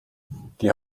die